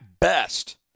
best